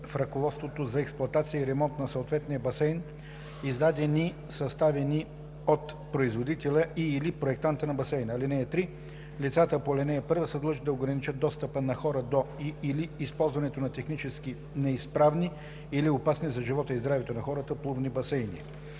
в ръководствата за експлоатация и ремонт на съответния басейн, издадени/съставени от производителя и/или проектанта на басейна. (3) Лицата по ал. 1 са длъжни да ограничат достъпа на хора до и/или използването на технически неизправни или опасни за живота и здравето на хората плувни басейни.“